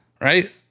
Right